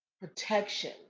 protection